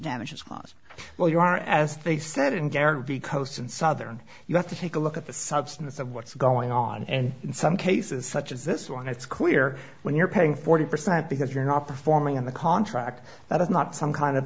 damages clause well you are as they said in garrett v coast and southern you have to take a look at the substance of what's going on and in some cases such as this one it's clear when you're paying forty percent because you're off performing in the contract that is not some kind of